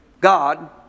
God